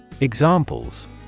Examples